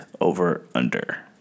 over/under